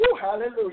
hallelujah